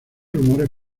rumores